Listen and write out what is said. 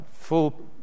full